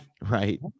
right